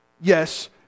Yes